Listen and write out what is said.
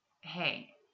Hey